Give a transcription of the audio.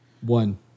One